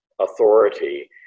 authority